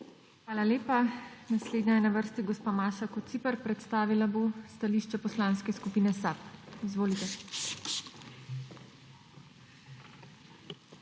Hvala lepa. Naslednja je na vrsti gospa Maša Kociper. Predstavila bo stališče Poslanske skupine SAB. Izvolite. **MAŠA